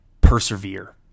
persevere